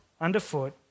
underfoot